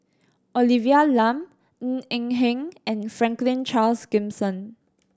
Olivia Lum Ng Eng Hen and Franklin Charles Gimson